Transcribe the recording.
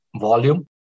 volume